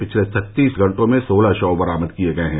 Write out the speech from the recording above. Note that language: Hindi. पिछले छत्तीस घंटों में सोलह शव बरामद किए गए हैं